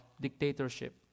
dictatorship